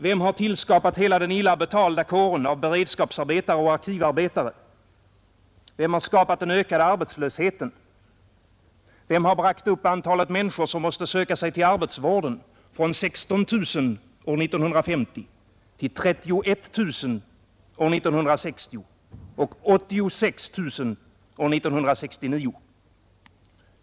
Vem har tillskapat hela den illa betalda kåren av beredskapsarbetare och arkivarbetare? Vem har skapat den ökade arbetslösheten? Vem har bragt upp antalet människor som måste söka sig till arbetsvården från 16 000 år 1950 till 31 000 år 1960 och 86 000 år 1969?